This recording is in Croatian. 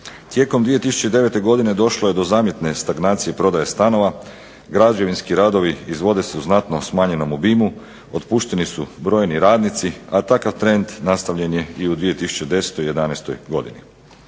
Tijekom 2009. godine došlo je do zamjetne stagnacije prodaje stanova, građevinski radovi izvode se u znatno smanjenom obijmu, otpušteni su brojni radnici, a takav trend nastavljen je i u 2010. i 2011. godini.